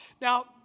Now